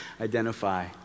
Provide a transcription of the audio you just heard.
identify